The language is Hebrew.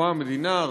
כשהוקמה המדינה,